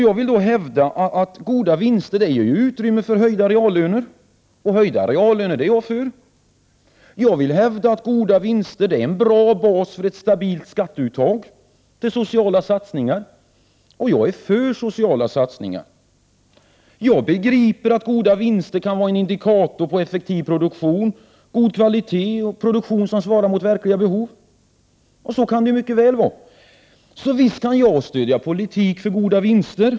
Jag vill hävda att goda vinster ger utrymme för höjda reallöner. Höjda reallöner är jag för. Jag vill också hävda att goda vinster är en bra bas för ett stabilt skatteuttag, som kan användas till sociala satsningar. Jag är för sociala satsningar. Goda vinster kan vara en indikator på en effektiv produktion, liksom god kvalitet, och produktion som svarar mot verkliga behov. Det kan mycket väl vara så. Därför kan jag stödja en politik för goda vinster.